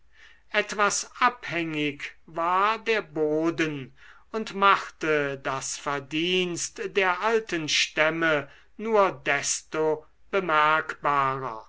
etwas abhängig war der boden und machte das verdienst der alten stämme nur desto bemerkbarer